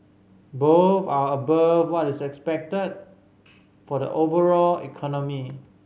both are above what is expected for the overall economy